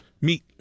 meet